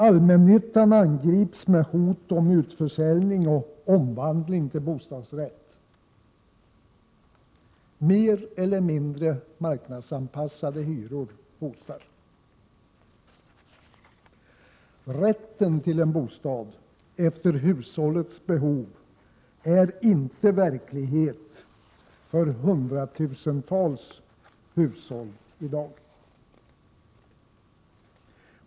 Allmännyttan angrips med hot om utförsäljning och omvandling till bostadsrätt. Mer eller mindre marknadsanpassade hyror hotar. Rätten till en bostad efter hushållets behov är inte verklighet för hundratusentals hushåll i dag.